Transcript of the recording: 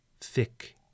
thick